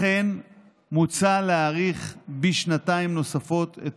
לכן מוצע להאריך בשנתיים נוספות את